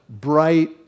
bright